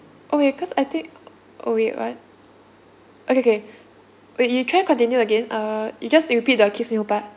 oh wait cause I think oh wait what okay okay wait you try continue again uh you just repeat the kids meal part